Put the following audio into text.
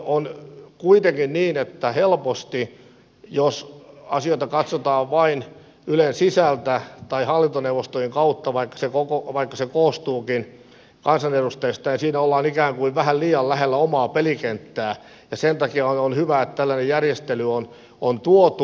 on kuitenkin niin että helposti jos asioita katsotaan vain ylen sisältä tai hallintoneuvoston kautta vaikka se koostuukin kansanedustajista siinä ollaan ikään kuin vähän liian lähellä omaa pelikenttää ja sen takia on hyvä että tällainen järjestely on tuotu